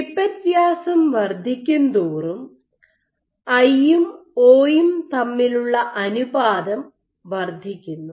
pipette വ്യാസം വർധിക്കുന്തോറും ഐയും ഒയും തമ്മിലുള്ള അനുപാതം ratio വർദ്ധിക്കുന്നു